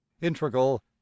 Integral